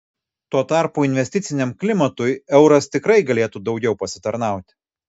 tuo tarpu investiciniam klimatui euras tikrai galėtų daugiau pasitarnauti